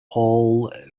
hal